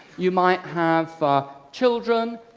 you might have children,